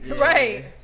Right